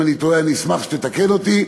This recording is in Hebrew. אם אני טועה, אני אשמח אם תתקן אותי.